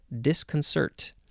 Disconcert